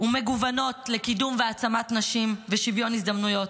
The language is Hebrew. ומגוונות לקידום והעצמת נשים ושוויון הזדמנויות,